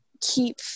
keep